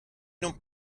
non